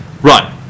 run